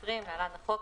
התש"ף-2020 (להלן - החוק),